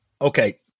Okay